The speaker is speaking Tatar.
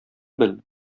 бел